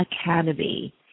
Academy